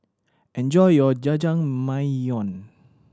enjoy your Jajangmyeon